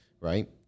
right